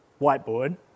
whiteboard